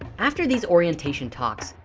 after these orientation talks,